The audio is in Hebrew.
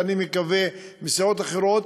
ואני מקווה שגם מסיעות אחרות,